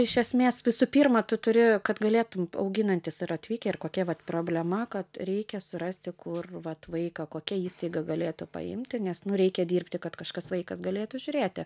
iš esmės visų pirma tu turi kad galėtum auginantys ar atvykę ir kokia vat problema kad reikia surasti kur vat vaiką kokia įstaiga galėtų paimti nes nu reikia dirbti kad kažkas vaikas galėtų žiūrėti